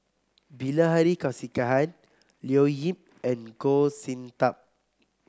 Bilahari Kausikan Leo Yip and Goh Sin Tub